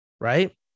right